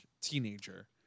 teenager